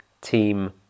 team